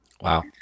Wow